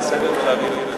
הצעה לסדר-היום ולהעביר את זה,